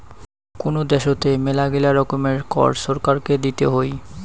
কোন দ্যাশোতে মেলাগিলা রকমের কর ছরকারকে দিতে হই